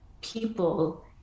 people